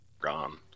gone